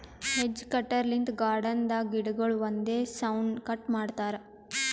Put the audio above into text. hedge cutter ಲಿಂತ್ garden ದಾಗ್ ಗಿಡಗೊಳ್ ಒಂದೇ ಸೌನ್ ಕಟ್ ಮಾಡ್ತಾರಾ